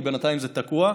כי בינתיים זה תקוע.